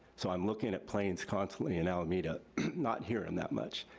so i'm looking at planes constantly in alameda not hearing that much,